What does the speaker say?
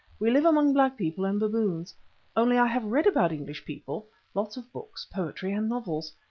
we live among black people and baboons only i have read about english people lots of books poetry and novels.